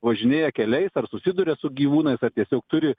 važinėja keliais ar susiduria su gyvūnais ar tiesiog turi